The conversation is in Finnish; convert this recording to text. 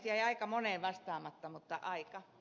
jäi aika moneen vastaamatta mutta ai